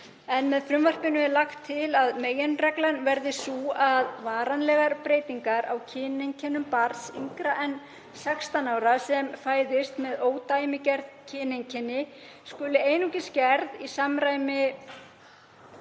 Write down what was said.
en með frumvarpinu er lagt til að meginreglan verði sú að varanlegar breytingar á kyneinkennum barns yngra en 16 ára, sem fæðist með ódæmigerð kyneinkenni, skuli einungis gerð í samræmi